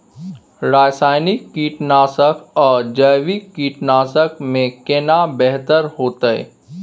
रसायनिक कीटनासक आ जैविक कीटनासक में केना बेहतर होतै?